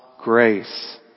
grace